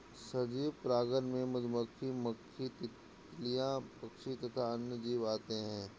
सजीव परागणक में मधुमक्खी, मक्खी, तितलियां, पक्षी तथा अन्य जीव आते हैं